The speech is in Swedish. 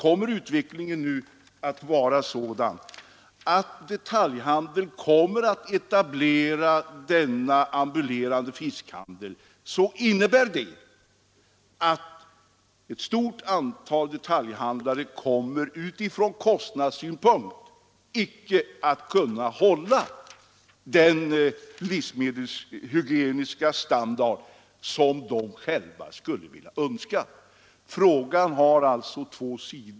Om utvecklingen blir sådan att detaljhandeln i stor utsträckning kommer att etablera denna ambulerande fiskhandel, så innebär det att andra detaljhandlare ur kostnadssynpunkt icke kan hålla den färskvaruförsäljning av fisk som de själva skulle önska.